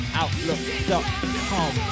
outlook.com